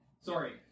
sorry